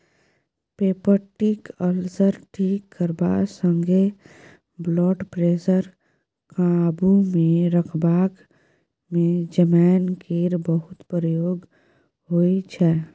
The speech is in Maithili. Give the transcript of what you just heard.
पेप्टीक अल्सर ठीक करबा संगे ब्लडप्रेशर काबुमे रखबाक मे जमैन केर बहुत प्रयोग होइ छै